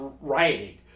rioting